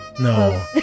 no